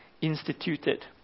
instituted